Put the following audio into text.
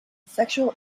sexual